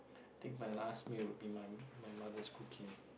I think my last meal would be my my mother's cooking